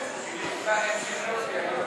העונשין (תיקון מס' 125),